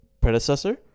predecessor